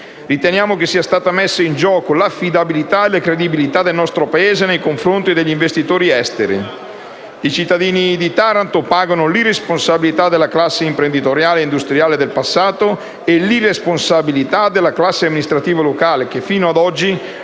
Riteniamo che sia stata messa in gioco l'affidabilità e la credibilità del nostro Paese nei confronti degli investitori esteri. I cittadini di Taranto pagano l'irresponsabilità della classe imprenditoriale ed industriale del passato e l'irresponsabilità della classe amministrativa locale, che fino ad oggi ha chiuso